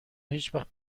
هیچوقت